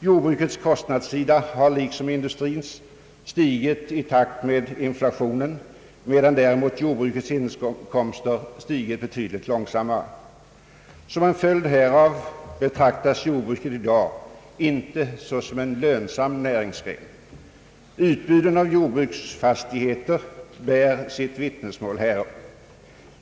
Jordbrukets kostnader har liksom industrins stigit i takt med inflationen, medan däremot jordbrukets inkomster har stigit betydligt långsammare. Därför betraktas jordbruket i dag inte som en lönsam näringsgren. Utbuden av jordbruksfastigheter bär sitt vittnesmål härom.